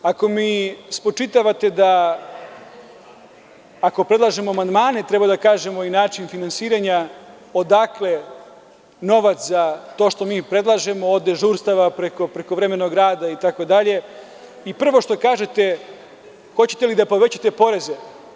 Ako mi spočitavate da ako predlažemo amandmane treba da kažemo i način finansiranja odakle novac za to što mi predlažemo od dežurstava preko prekovremenog rada itd, i prvo što kažete - hoćete li da povećate poreze?